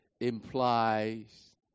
implies